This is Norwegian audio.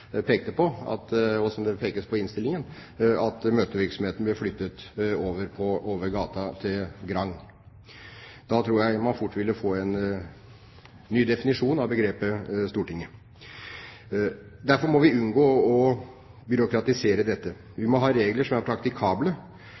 pekte på, og som det pekes på i innstillingen – at møtevirksomheten ble flyttet over gaten til Grand Hotel. Da tror jeg man fort ville få en ny definisjon av begrepet Stortinget. Derfor må vi unngå å byråkratisere dette. Vi må ha regler som er praktikable.